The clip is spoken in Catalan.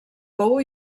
pou